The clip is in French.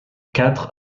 quatre